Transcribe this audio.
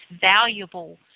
valuable